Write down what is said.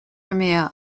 premier